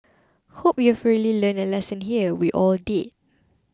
hope you've really learned a lesson here we all did